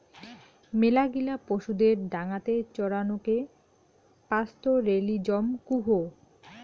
মেলাগিলা পশুদের ডাঙাতে চরানকে পাস্তোরেলিজম কুহ